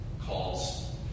calls